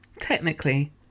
Technically